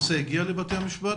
הנושא הגיע לבית המשפט?